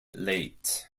late